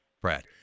Brad